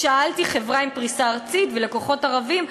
שאלתי: חברה עם פריסה ארצית ולקוחות ערבים,